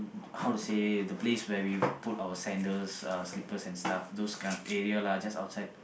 how to say the place where we put our sandals uh slippers and stuff those kind of area lah just outside